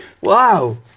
Wow